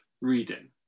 reading